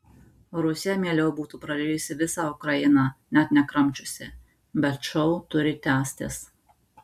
rusija mieliau būtų prarijusi visą ukrainą net nekramčiusi bet šou turi tęstis